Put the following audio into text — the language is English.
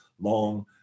long